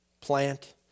plant